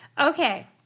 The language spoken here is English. Okay